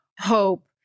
hope